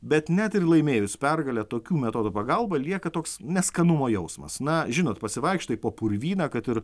bet net ir laimėjus pergalę tokių metodų pagalba lieka toks neskanumo jausmas na žinot pasivaikštai po purvyną kad ir